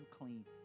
clean